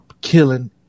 killing